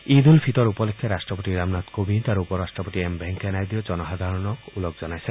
ঈদ ঊল ফিটৰ উপলক্ষে ৰাট্টপতি ৰামনাথ কোবিন্দ আৰু উপ ৰাট্টপতি এম ভেংকায়া নাইডুৱে জনসাধাৰণক ওলগ জনাইছে